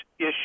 issue